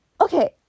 Okay